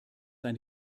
eine